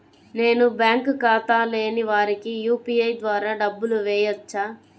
నేను బ్యాంక్ ఖాతా లేని వారికి యూ.పీ.ఐ ద్వారా డబ్బులు వేయచ్చా?